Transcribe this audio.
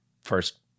first